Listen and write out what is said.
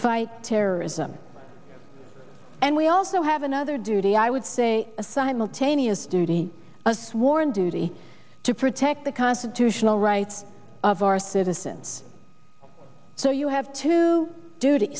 fight terrorism and we also have another duty i would say a simultaneous a sworn duty to protect the constitutional rights of our citizens so you have to do